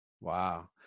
Wow